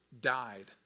died